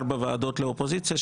ארבע ועדות לאופוזיציה,